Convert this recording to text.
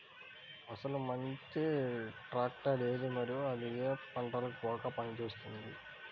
అసలు మంచి ట్రాక్టర్ ఏది మరియు అది ఏ ఏ పంటలకు బాగా పని చేస్తుంది?